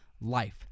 life